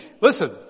Listen